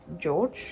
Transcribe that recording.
george